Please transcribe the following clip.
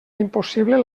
impossible